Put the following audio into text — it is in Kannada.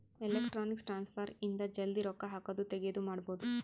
ಎಲೆಕ್ಟ್ರಾನಿಕ್ ಟ್ರಾನ್ಸ್ಫರ್ ಇಂದ ಜಲ್ದೀ ರೊಕ್ಕ ಹಾಕೋದು ತೆಗಿಯೋದು ಮಾಡ್ಬೋದು